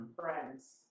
friends